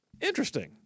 Interesting